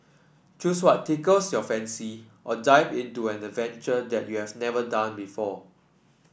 choose what tickles your fancy or dive into an adventure that you have never done before